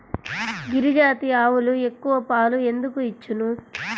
గిరిజాతి ఆవులు ఎక్కువ పాలు ఎందుకు ఇచ్చును?